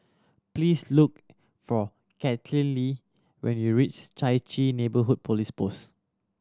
please look for Kathaleen when you reach Chai Chee Neighbourhood Police Post